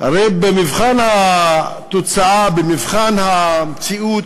הרי במבחן התוצאה, במבחן המציאות,